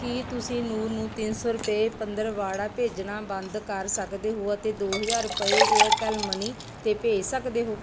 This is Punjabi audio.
ਕੀ ਤੁਸੀਂ ਨੂਰ ਨੂੰ ਤਿੰਨ ਸੌ ਰੁਪਏ ਪੰਦਰਵਾੜਾ ਭੇਜਣਾ ਬੰਦ ਕਰ ਸਕਦੇ ਹੋ ਅਤੇ ਦੋ ਹਜ਼ਾਰ ਰੁਪਏ ਏਅਰਟੈੱਲ ਮਨੀ 'ਤੇ ਭੇਜ ਸਕਦੇ ਹੋ